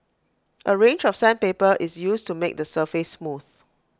A range of sandpaper is used to make the surface smooth